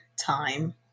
time